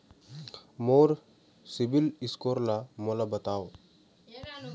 मोर CIBIL score ला मोला बताव?